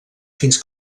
fins